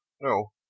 no